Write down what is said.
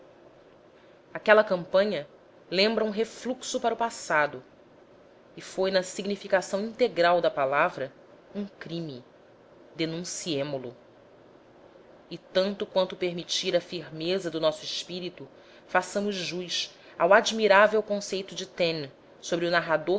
aquela campanha lembra um refluxo para o passado e foi na significação integral da palavra um crime denunciemo lo e tanto quanto o permitir a firmeza do nosso espírito façamos jus ao admirável conceito de taine sobre o narrador